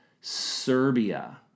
Serbia